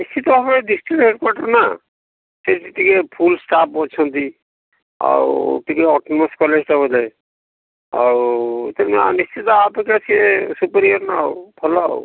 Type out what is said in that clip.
ନିଶ୍ଚିନ୍ତ ଭାବରେ ଦେଖିବା ଏପଟରେ ନା ସିଏ ବି ଟିକେ ଫୁଲ୍ ଷ୍ଟାଫ୍ ଅଛନ୍ତି ଆଉ ଟିକେ ଅଟୋନମସ୍ କଲେଜଟା ମଧ୍ୟ ଆଉ ତେଣୁ ଆମେ ନିଶ୍ଚିନ୍ତ ଆମ ପଟେ ସିଏ ସୁପରିଆନ୍ ଆଉ ଭଲ ଆଉ